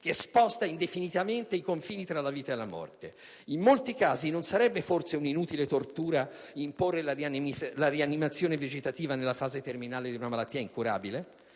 che sposta indefinitamente i confini tra la vita e la morte. Prosegue poi: «In molti casi non sarebbe forse un'inutile tortura imporre la rianimazione vegetativa nella fase terminale di una malattia incurabile?